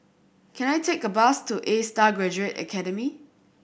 can I take a bus to Astar Graduate Academy